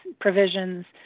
provisions